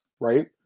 right